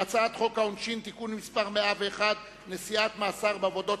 התשס"ח 2008, נתקבלה.